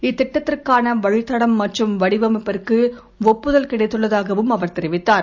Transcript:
இத்திட்டத்திற்கான வழித்தடம் மற்றும் வடிவமைப்புக்கு ஒப்புதல் கிடைத்துள்ளதாகவும் அவர் தெரிவித்தார்